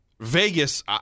Vegas